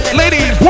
ladies